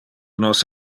nos